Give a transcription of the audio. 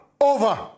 over